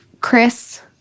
Chris